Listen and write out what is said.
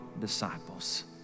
disciples